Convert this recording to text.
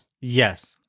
Yes